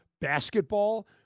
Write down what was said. basketball